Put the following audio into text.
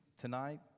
tonight